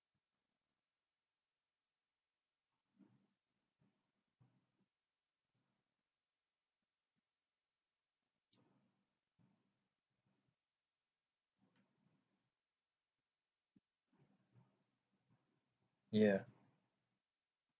ya